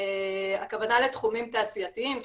הכוונה לתחומים תעשייתיים,